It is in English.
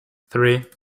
three